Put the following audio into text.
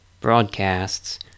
broadcasts